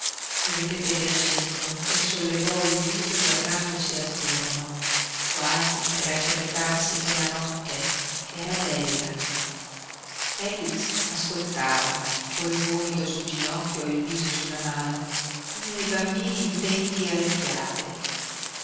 ripeté giacinto e sollevò il viso guardandosi attorno quasi per accertarsi che la notte era bella efix ascoltava col gomito sul ginocchio e il viso sulla mano come i bambini intenti alle fiabe